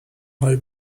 هایی